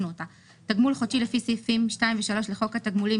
"תגמול חודשי לפי סעיפים 2 ו-3 לחוק התגמולים,